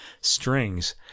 strings